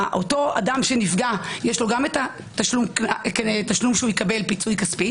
אותו אדם שנפגע יש לו גם התשלום שיקבל פיצוי כספי